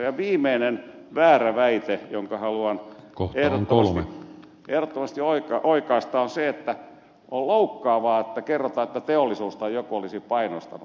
ja viimeinen väärä väite jonka haluan ehdottomasti oikaista on se että on loukkaavaa kun kerrotaan että teollisuus tai joku olisi painostanut